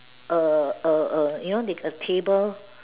err err err you know they a table